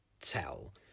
tell